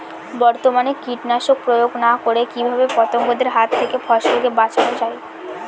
বর্তমানে কীটনাশক প্রয়োগ না করে কিভাবে পতঙ্গদের হাত থেকে ফসলকে বাঁচানো যায়?